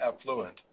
affluent